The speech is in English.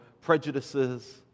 prejudices